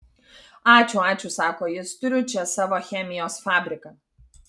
ačiū ačiū sako jis turiu čia savo chemijos fabriką